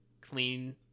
clean